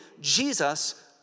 Jesus